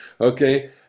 okay